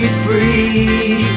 free